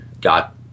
got